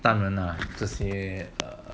但 err 这些 err